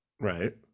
Right